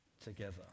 together